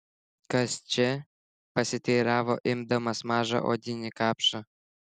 kas čia pasiteiravo imdamas mažą odinį kapšą